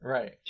Right